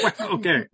Okay